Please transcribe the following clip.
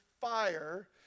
fire